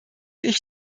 ich